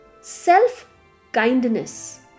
self-kindness